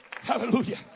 Hallelujah